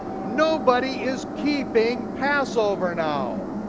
nobody is keeping passover now.